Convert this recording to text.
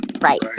Right